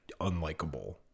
unlikable